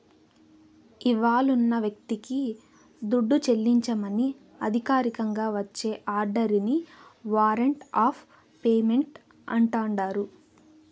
ఇవ్వాలున్న వ్యక్తికి దుడ్డు చెల్లించమని అధికారికంగా వచ్చే ఆర్డరిని వారంట్ ఆఫ్ పేమెంటు అంటాండారు